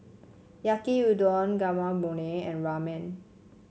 Yaki Udon Guacamole and Ramen